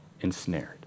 ensnared